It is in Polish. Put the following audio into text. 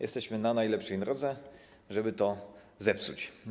Jesteśmy na najlepszej drodze, żeby to zepsuć.